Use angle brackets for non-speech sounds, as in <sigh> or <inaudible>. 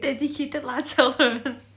dedicated 辣椒的人 <laughs>